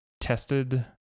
tested